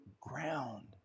ground